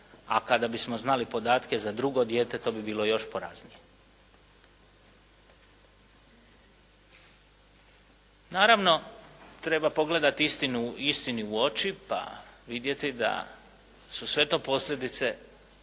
a kada bismo znali podatke za drugo dijete, to bi bilo još poraznije. Naravno, treba pogledati istini u oči pa vidjeti da su sve to posljedice